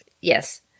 yes